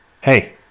Hey